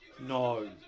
No